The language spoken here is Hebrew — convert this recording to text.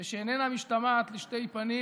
ושאיננה משתמעת לשתי פנים,